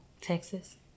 Texas